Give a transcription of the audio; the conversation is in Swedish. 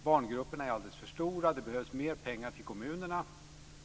Barngrupperna är alldeles för stora. Det behövs mer pengar till kommunerna.